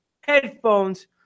headphones